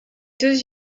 deux